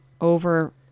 over